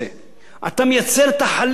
אתה מייצר תחליף יצוא,